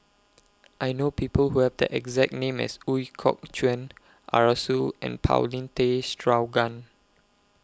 I know People Who Have The exact name as Ooi Kok Chuen Arasu and Paulin Tay Straughan